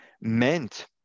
meant